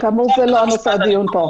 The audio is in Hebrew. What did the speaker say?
שכאמור זה לא נושא הדיון פה.